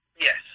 Yes